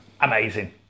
amazing